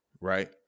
right